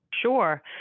Sure